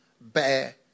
bear